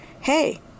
hey